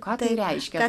ką tai reiškia